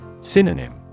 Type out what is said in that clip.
Synonym